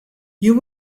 you